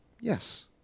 Yes